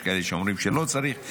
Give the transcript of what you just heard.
יש כאלה שאומרים שלא צריך,